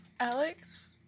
Alex